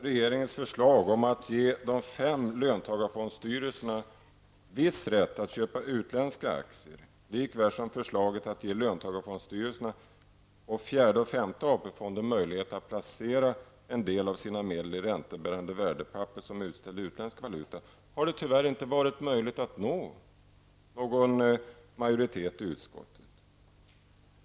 Regeringen föreslår att de fem löntagarfondstyrelserna skall få viss rätt att köpa utländska aktier och att löntagarfondstyrelserna samt fjärde och femte AP-fonden skall få möjlighet att placera en del av sina medel i räntebärande värdepapper som är utställt i utländsk valuta. Men i fråga om dessa båda förslag har det tyvärr inte varit möjligt att nå någon majoritet i utskottet.